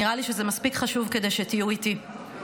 נראה לי שזה מספיק חשוב כדי שתהיו איתי.